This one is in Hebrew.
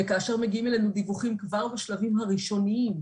כאשר מגיעים אלינו דיווחים כבר בשלבים הראשוניים,